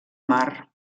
mar